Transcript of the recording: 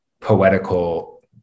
poetical